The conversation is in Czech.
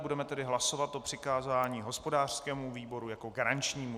Budeme tedy hlasovat o přikázání hospodářskému výboru jako garančnímu.